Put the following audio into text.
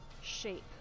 shape